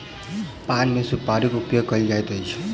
पान मे सुपाड़ी के उपयोग कयल जाइत अछि